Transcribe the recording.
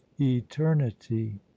eternity